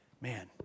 man